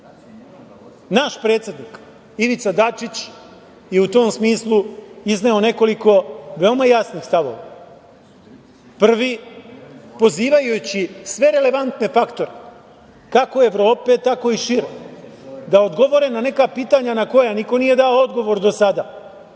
predsednik, Ivica Dačić, je u tom smislu izneo nekoliko veoma jasnih stavova. Prvi - pozivajući sve relevantne faktore, kako Evrope, tako i šire, da odgovore na neka pitanja na koja niko nije dao odgovor do sada,